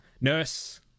Nurse